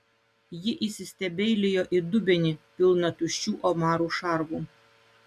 ji įsistebeilijo į dubenį pilną tuščių omarų šarvų